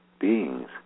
beings